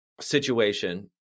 situation